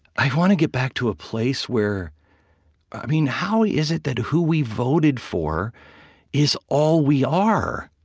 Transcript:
i want to get back to a place where i mean, how is it that who we voted for is all we are?